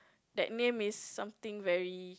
that name is something very